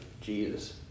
Jesus